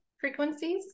frequencies